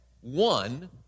one